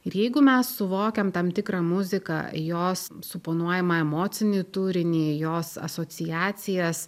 ir jeigu mes suvokiam tam tikrą muziką jos suponuojamą emocinį turinį jos asociacijas